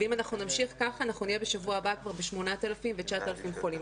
ואם אנחנו נמשיך ככה אנחנו נהיה בשבוע הבא כבר ב-8,000 ו-9,000 חולים.